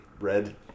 red